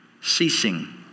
ceasing